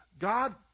God